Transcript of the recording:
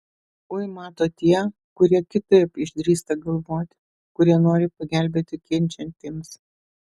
ui mato tie kurie kitaip išdrįsta galvoti kurie nori pagelbėti kenčiantiems